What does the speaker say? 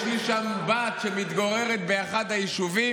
יש לי בת שמתגוררת שם באחד היישובים,